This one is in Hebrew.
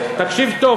תקשיב טוב,